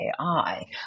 AI